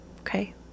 okay